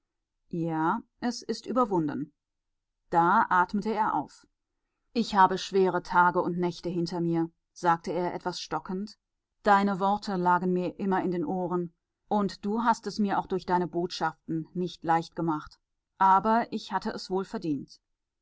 ja es ist überwunden da atmete er auf ich habe schwere tage und nächte hinter mir sagte er etwas stockend deine worte lagen mir immer in den ohren und du hast es mir auch durch deine botschaften nicht leicht gemacht aber ich hatte es wohl verdient